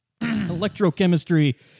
Electrochemistry